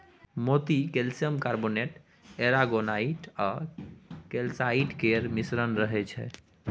मोती calcium carbonate, aragonite आ calcite केर मिश्रण रहय छै